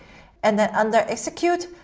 and then under execute,